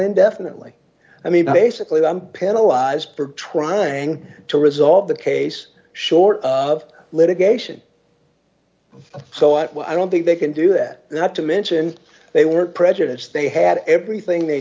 indefinitely i mean basically i'm paralyzed for trying to resolve the case short of litigation so i don't think they can do that not to mention they were prejudiced they had everything they